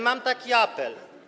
Mam taki apel.